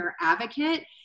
advocate